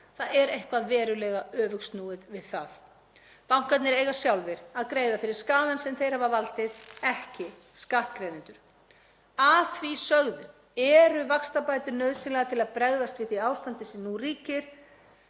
Það er eitthvað verulega öfugsnúið við það. Bankarnir eiga sjálfir að greiða fyrir skaðann sem þeir hafa valdið, ekki skattgreiðendur. Að því sögðu eru vaxtabætur nauðsynlegar til að bregðast við því ástandi sem nú ríkir.